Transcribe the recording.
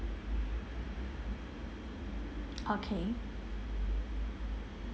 okay